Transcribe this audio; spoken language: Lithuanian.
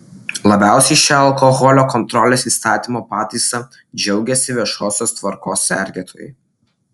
labiausiai šia alkoholio kontrolės įstatymo pataisa džiaugiasi viešosios tvarkos sergėtojai